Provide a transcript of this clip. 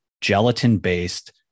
gelatin-based